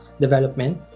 development